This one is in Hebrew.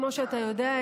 כמו שאתה יודע,